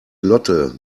lotte